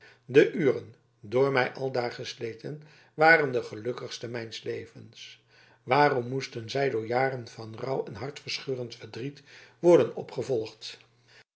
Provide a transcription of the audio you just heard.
de uren door mij aldaar gesleten waren de gelukkigste mijns levens waarom moesten zij door jaren van rouw en hartverscheurend verdriet worden opgevolgd